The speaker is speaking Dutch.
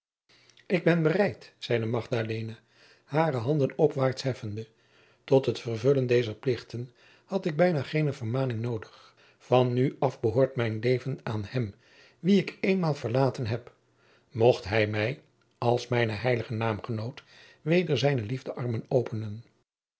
ik ben bereid zeide magdalena hare handen opwaarts heffende tot het vervullen dezer plichten had ik bijna geene vermaning noodig van nu af behoort mijn leven aan hem wien ik eenmaal verlaten heb mocht hij mij als mijne heilige naamgenoot weder zijne liefdearmen openen